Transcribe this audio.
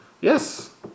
Yes